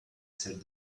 said